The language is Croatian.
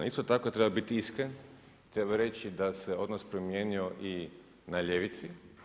Isto tako treba biti iskren, treba reći da se odnos promijenio i na ljevici.